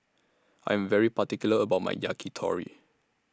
I Am very particular about My Yakitori